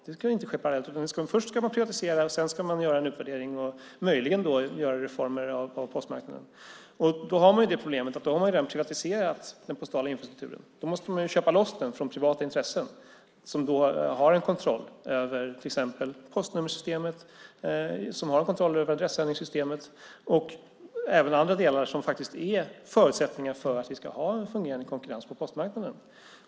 Det ska inte ske parallellt, utan först ska man privatisera och sedan ska man göra en utvärdering och möjligen genomföra reformer på postmarknaden. Då har man problemet att man redan har privatiserat den postala infrastrukturen. Då måste man köpa loss den från privata intressen som har en kontroll över till exempel postnummersystemet, adressändringssystemet och även andra delar som är förutsättningar för att vi ska ha en fungerande konkurrens på postmarknaden.